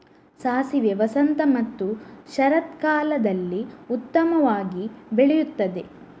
ಸಾಸಿವೆ ವಸಂತ ಮತ್ತು ಶರತ್ಕಾಲದಲ್ಲಿ ಉತ್ತಮವಾಗಿ ಬೆಳೆಯುತ್ತದೆ